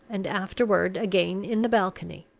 and afterward again in the balcony.